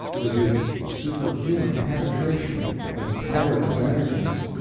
with his superhuman penetration and tireless energies.